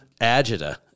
agita